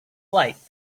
light